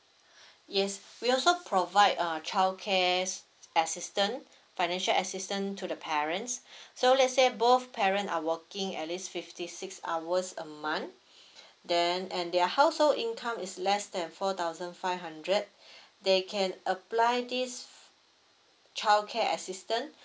yes we also provide uh childcare assistance financial assistance to the parents so let's say both parents are working at least fifty six hours a month then and their household income is less than four thousand five hundred they can apply this childcare assistant